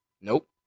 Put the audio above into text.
Nope